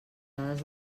dades